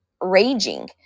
raging